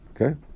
Okay